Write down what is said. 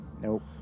Nope